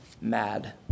mad